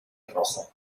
rojo